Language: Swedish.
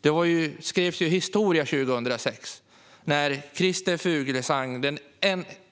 Det skrevs historia 2006, då Christer Fuglesang,